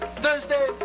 Thursday